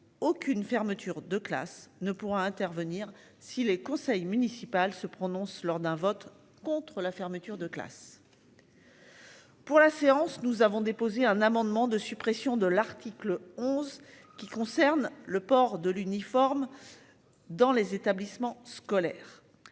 aucune fermeture de classe ne pourra intervenir si les conseil municipal se prononce lors d'un vote contre la fermeture de classe. Pour la séance, nous avons déposé un amendement de suppression de l'article 11 qui concerne le port de l'uniforme. Dans les établissements scolaires.